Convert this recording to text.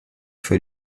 für